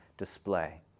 display